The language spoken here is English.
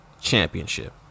championship